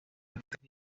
actriz